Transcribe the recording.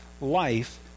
life